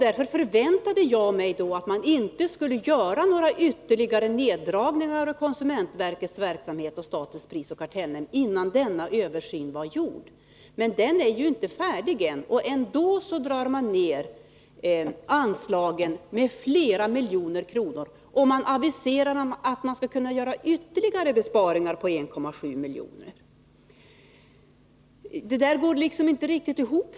Därför förväntade jag mig att man inte skulle göra några ytterligare neddragningar av konsumentverkets verksamhet och inom statens prisoch kartellnämnd innan denna översyn var gjord. Översynen är ännu inte färdig, men ändå drar man nu ner anslagen med flera miljoner kronor och aviserar att man skall kunna göra ytterligare besparingar på 1,7 miljoner. Det går inte riktigt ihop.